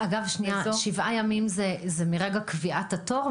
אגב, שנייה, שבעה ימים זה מרגע קביעת התור?